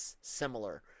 similar